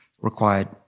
required